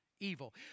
Evil